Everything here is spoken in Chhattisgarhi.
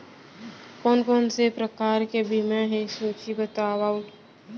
कोन कोन से प्रकार के बीमा हे सूची बतावव?